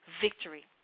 victory